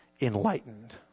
enlightened